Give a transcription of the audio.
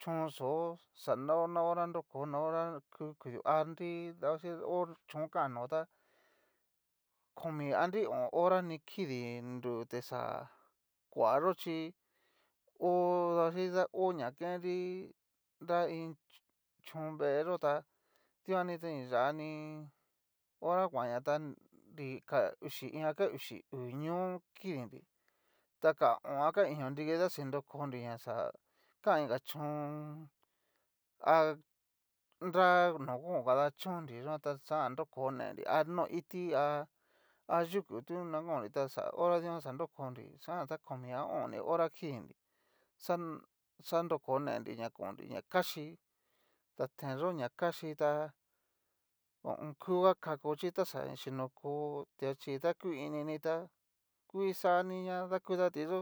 chónxo. xanao na hora nroko na hora ku kudio anri dabaxhichi ta ho chón ka no tá komi a nri o'on hora ni kidi nru te xa kuayó chí, hó davaxhiki ta ho ña kenri chón vée tá dikuani ta ni yani hora kuanña, ta nri ka uxi iin a ka uxi uu ñóo kidinri, ta ka hón a ka iño nriki ta xa ni nrokonri ñaxá kan inka chón a nra no kon kadachón'nri dikan ta xa jan nroko nenri, a no iti há yuku ta konrí ta hora dikan xa nrokonri xajan ta komi a o'on hora ni kidinri xa xanroko nenri n konnri ña kaxí datenyó na kaxi tá ho o on. kuga kakó chi ta xa ni chinoko tí achí tá ku ini tá ku ixani ña dakutati yó.